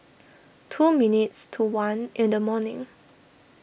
two minutes to one in the morning